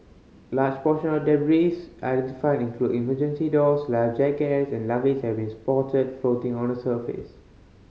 large portions of debris identified include emergency doors life jackets and luggage have been spotted floating on the surface